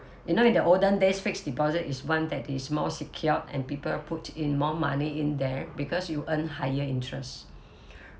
you know in the older days fixed deposit is one that is more secured and people will put in more money in there because you earn higher interest